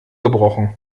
gebrochen